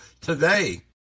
today